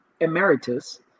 emeritus